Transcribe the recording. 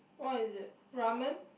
what is it ramen